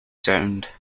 sound